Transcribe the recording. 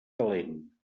calent